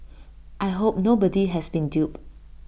I hope nobody has been duped